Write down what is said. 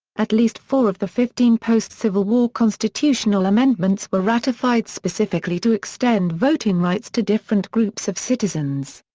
at least four of the fifteen post-civil war constitutional amendments were ratified specifically to extend voting rights to different groups of citizens.